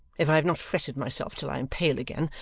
if i have not fretted myself till i am pale again,